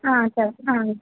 sir